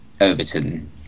Overton